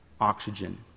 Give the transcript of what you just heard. oxygen